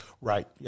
Right